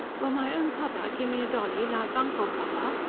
will my own papa gimme a dolly. like uncle papa?